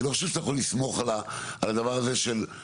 אני לא חושב שאתה יכול לסמוך על הדבר הזה שהם